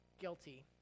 guilty